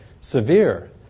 severe